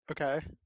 Okay